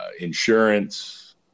insurance